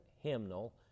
Hymnal